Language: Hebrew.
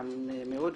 עבודתם מאוד,